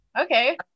okay